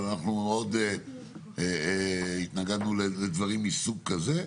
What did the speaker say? אבל אנחנו מאוד התנגדנו לדברים מסוג כזה.